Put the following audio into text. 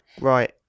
Right